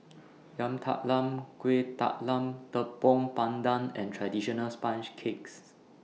Yam Talam Kuih Talam Tepong Pandan and Traditional Sponge Cakes